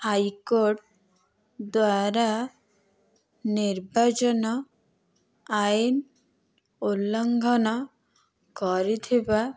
I କୋଡ଼୍ ଦ୍ୱାରା ନିର୍ବାଚନ ଆଇନ୍ ଉଲ୍ଲଘନ କରିଥିବା